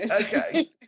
Okay